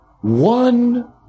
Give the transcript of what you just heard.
one